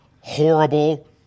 horrible